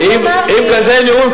עם כזה נאום,